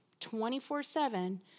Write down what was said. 24-7